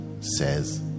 says